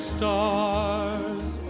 stars